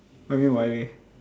what you mean